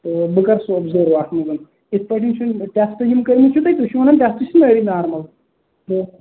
تہٕ بہٕ کَرٕ سُہ اوٚبزورو اَتھ منٛز یِتھٕ پٲٹھۍ چھُنہٕ ٹیٚسٹہٕ یِم کٔرۍمٕتۍ چھِوٕ تۅہہِ تُہۍ چھِو وَنان ٹیٚسٹ چھِ سٲری نارمَل تہٕ